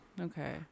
Okay